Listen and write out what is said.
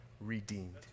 redeemed